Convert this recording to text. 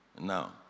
Now